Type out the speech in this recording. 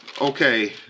Okay